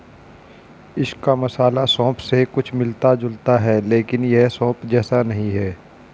इसका मसाला सौंफ से कुछ मिलता जुलता है लेकिन यह सौंफ जैसा नहीं है